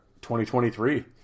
2023